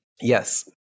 Yes